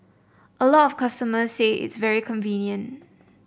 a lot of customers say it's very convenient